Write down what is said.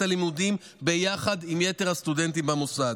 הלימודים יחד עם יתר הסטודנטים במוסד".